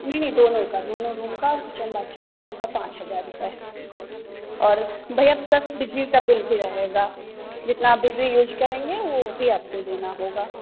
नहीं नहीं दोनों का दोनों रूम का और किचन बाथरूम का सबका पाँच हजार रुपये और भैया प्लस बिजली का बिल भी रहेगा जितना आप बिजली यूज करेंगे वो भी आपको देना होगा